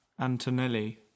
Antonelli